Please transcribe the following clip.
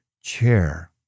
chair